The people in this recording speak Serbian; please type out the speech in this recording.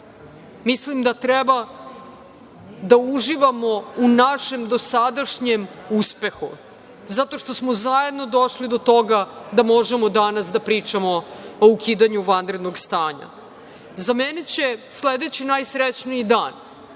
mislim da treba da uživamo u našem dosadašnjem uspehu zato što smo zajedno došli do toga da možemo danas da pričamo o ukidanju vanrednog stanja.Za mene će sledeći najsrećniji dan